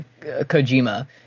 Kojima